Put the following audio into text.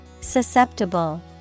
Susceptible